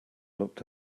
looked